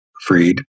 Freed